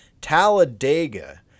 talladega